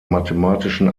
mathematischen